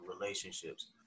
relationships